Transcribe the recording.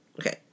Okay